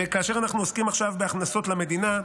וכאשר אנחנו עוסקים עכשיו בהכנסות למדינה,